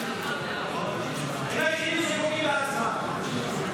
הם היחידים שפוגעים בעצמם.